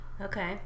Okay